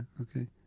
okay